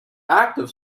active